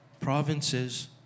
provinces